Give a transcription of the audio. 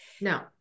No